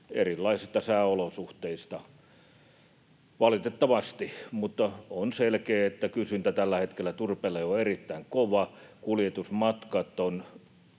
erilaisista sääolosuhteista, valitettavasti. Mutta on selkeää, että kysyntä tällä hetkellä turpeelle on erittäin kova. Ne kuljetusmatkat